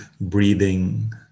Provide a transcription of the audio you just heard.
breathing